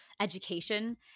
Education